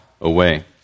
away